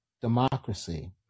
democracy